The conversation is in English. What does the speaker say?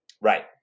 Right